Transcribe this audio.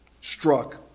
struck